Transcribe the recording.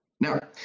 Now